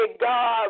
God